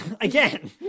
Again